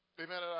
Amen